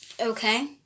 Okay